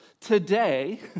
today